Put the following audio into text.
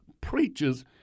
preachers